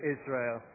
Israel